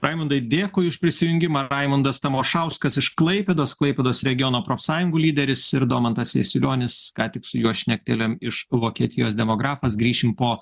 raimundai dėkui už prisijungimą raimundas tamošauskas iš klaipėdos klaipėdos regiono profsąjungų lyderis ir domantas jasilionis ką tik su juo šnektelėjom iš vokietijos demografas grįšime po